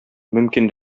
мөмкин